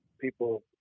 people